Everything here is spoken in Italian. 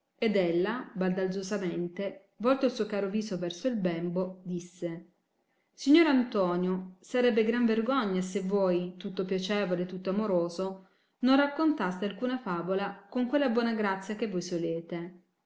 ed ella baldanzosamente volto il suo caro viso verso il bembo disse signor antonio sarebbe gran vergogna se voi tutto piacevole tutto amoroso non raccontaste alcuna favola con quella buona grazia che voi solete